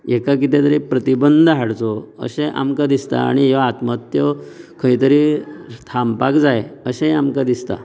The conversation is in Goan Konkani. हेका कितें तरी प्रतिबंध हाडचो अशें आमकां दिसता आनी ह्यो आत्महत्यो खंय तरी थांबपाक जाय अशेंय आमकां दिसता